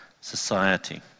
society